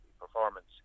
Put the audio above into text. performance